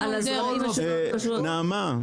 נעמה,